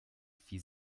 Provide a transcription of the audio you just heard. vier